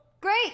Great